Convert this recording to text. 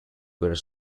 were